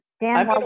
Dan